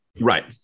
Right